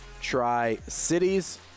Tri-Cities